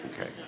Okay